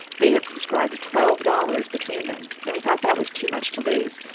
they had subscribed twelve dollars between them and we thought that was too much to lose,